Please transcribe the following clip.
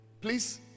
please